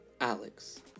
Alex